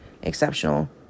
exceptional